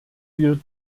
wir